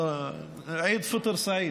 (אומר בערבית: